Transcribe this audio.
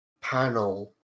panel